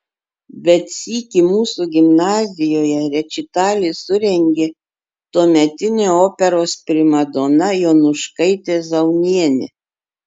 bet sykį mūsų gimnazijoje rečitalį surengė tuometinė operos primadona jonuškaitė zaunienė